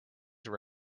were